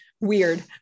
Weird